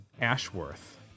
Ashworth